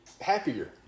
happier